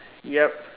yup